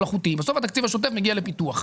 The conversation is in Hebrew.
בסוף התקציב השוטף מגיע לפיתוח.